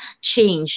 change